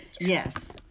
Yes